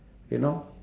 you know